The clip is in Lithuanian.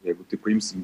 jeigu taip paimsim